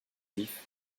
vif